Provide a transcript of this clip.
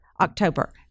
October